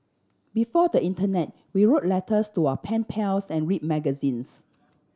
before the internet we wrote letters to our pen pals and read magazines